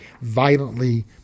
violently